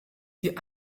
die